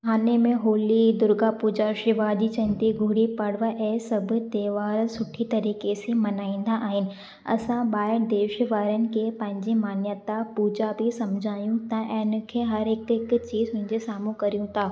ठाणे में होली दुर्गा पूजा शिवाजी जयंती गुड़ी पड़वा ऐं सभु त्योहार सुठी तरिक़े सां मल्हाईंदा आहिनि असां ॿाहिरि देश वारनि खे पंहिंजे मान्यता पूजा बि सम्झायूं था ऐं हिनखे हिकु हिकु चीज़ मुंजे साम्हूं करयूं था